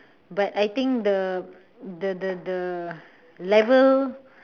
but I think the the the the level